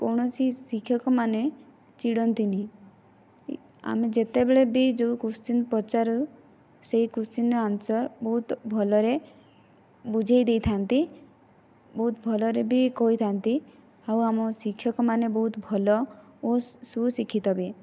କୌଣସି ଶିକ୍ଷକମାନେ ଚିଡ଼ନ୍ତିନି ଆମେ ଯେତେବେଳେ ବି ଯେଉଁ କୋଶ୍ଚିନ୍ ପଚାରୁ ସେଇ କୋଶ୍ଚିନ୍ର ଆନ୍ସାର୍ ବହୁତ ଭଲରେ ବୁଝେଇଦେଇଥା'ନ୍ତି ବହୁତ ଭଲରେ ବି କହିଥା'ନ୍ତି ଆଉ ଆମ ଶିକ୍ଷକମାନେ ବହୁତ ଭଲ ଓ ସୁଶିକ୍ଷିତ ବି